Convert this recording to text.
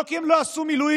לא כי הם לא עשו מילואים,